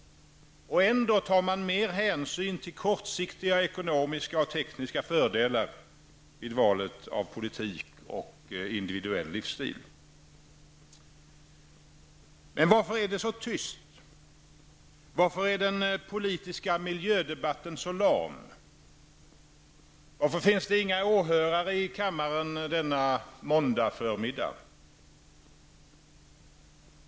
Och ändå tar man mer hänsyn till kortsiktiga ekonomiska och tekniska fördelar vid valet av politik och individuell livsstil. Men varför är det så tyst? Varför är den politiska miljödebatten så lam? Varför finns det inga åhörare i kammaren denna måndagsförmiddag?